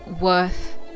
worth